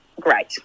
great